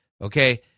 Okay